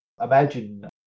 Imagine